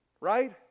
right